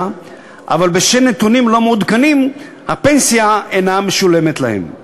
אבל בשל נתונים לא מעודכנים הפנסיה אינה משולמת להם.